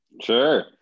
Sure